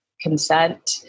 consent